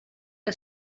que